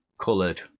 coloured